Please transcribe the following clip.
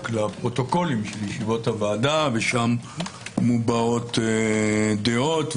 לפרוטוקולים של ישיבות הוועדה ושם מובעות דעות.